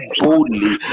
boldly